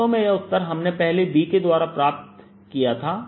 वास्तव में यह उत्तर हमने पहले B के द्वारा प्राप्त किया था